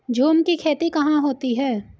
झूम की खेती कहाँ होती है?